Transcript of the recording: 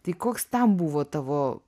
tai koks ten buvo tavo